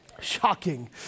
Shocking